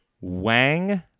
Wang